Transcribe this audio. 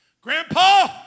Grandpa